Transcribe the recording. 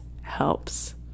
helps